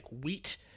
wheat